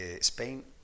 Spain